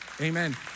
Amen